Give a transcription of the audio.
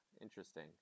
interesting